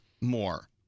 more